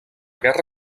guerra